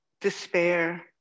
despair